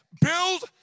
Build